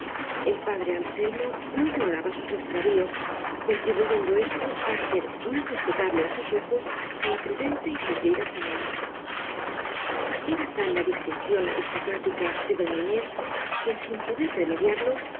el padre anselmo no igno raba sus extravíos contribuyendo esto á hacer más respetable á sus ojos á la prudente y sufrida señora era tal la distinción aristocrática de doña inés que sin poder remediarlo